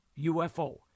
UFO